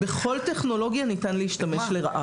בכל טכנולוגיה ניתן להשתמש לרעה.